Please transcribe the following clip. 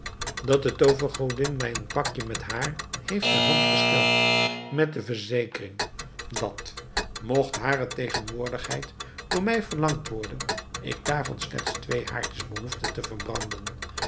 dat de toovergodin mij een pakje met haar heeft ter hand gesteld met de verzekering dat mogt hare tegenwoordigheid door mij verlangd worden ik daarvan slechts twee haartjes behoefde te verbranden